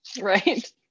Right